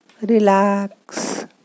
relax